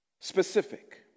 specific